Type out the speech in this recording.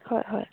হয় হয়